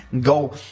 go